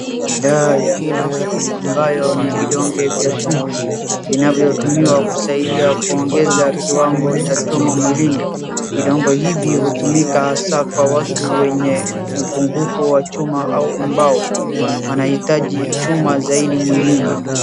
Dawa ya Feosol , ambayo ni vidonge vya chuma, vinavyotumiwa kusaidia kuoneza kiwango cha chuma mwilini. Vidonge hivi hutumika hasa kwa watu wenye upungufu wa chuma au ambao wanahitaji chuma zaidi mwilini.